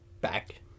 back